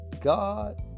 God